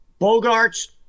Bogarts